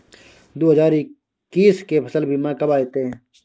दु हजार एक्कीस के फसल बीमा कब अयतै?